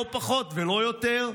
לא פחות ולא יותר,